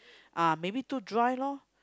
ah maybe too dry lor